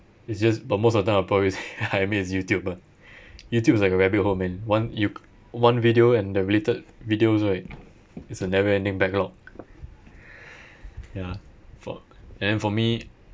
it's just but most of the time I'll probably ya I admit is youtube ah youtube is like a rabbit hole man one you c~ one video and the related videos right it's a never ending backlog ya for and then for me